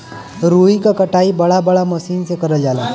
रुई क कटाई बड़ा बड़ा मसीन में करल जाला